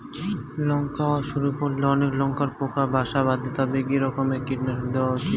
লঙ্কা হওয়া শুরু করলে অনেক লঙ্কায় পোকা বাসা বাঁধে তবে কি রকমের কীটনাশক দেওয়া উচিৎ?